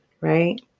right